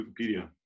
Wikipedia